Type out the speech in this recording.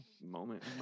moment